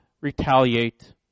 retaliate